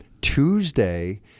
Tuesday